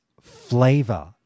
flavor